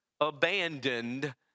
abandoned